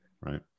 right